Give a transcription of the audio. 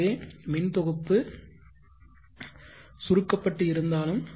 எனவே மின் தொகுப்பு பகுதி சுருக்கப்பட்டு இருந்தாலும்